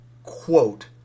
Quote